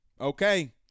Okay